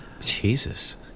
Jesus